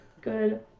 Good